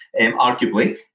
arguably